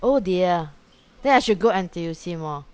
oh dear then I should go N_T_U_C more